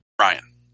Ryan